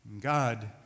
God